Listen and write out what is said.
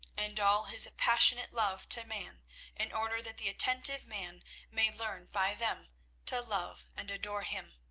and all his passionate love to man in order that the attentive man may learn by them to love and adore him.